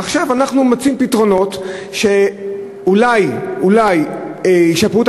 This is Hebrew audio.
עכשיו אנחנו מוצאים פתרונות שאולי ישפרו את